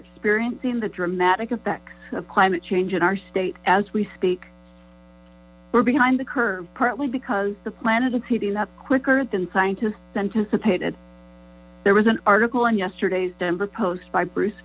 experiencing the dramatic effects of climate change in our state as we speak we're behind the curve partly because the planet is heating up quicker than scientists anticipated there was an article in yesterday's denver post by bruce